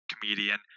comedian